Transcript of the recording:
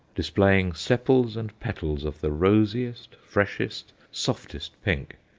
displaying sepals and petals of the rosiest, freshest, softest pink,